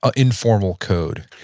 ah informal code?